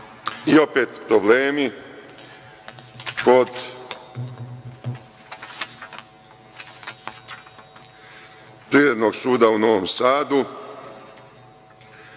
Opet problemi kod Privrednog suda u Novom Sadu,